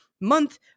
month